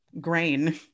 grain